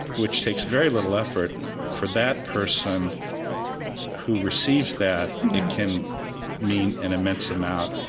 which takes very little effort for that person who receives that, it can mean an immense amount.